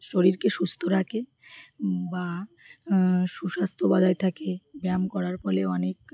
শরীরকে সুস্থ রাখে বা সুস্বাস্থ্য বজায় থাকে ব্যায়াম করার ফলে অনেক